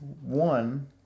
One